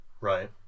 right